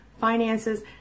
finances